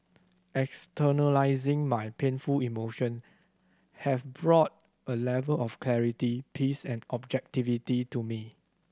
externalizing my painful emotion have brought a level of clarity peace and objectivity to me